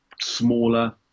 smaller